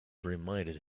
reminded